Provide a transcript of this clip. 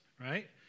right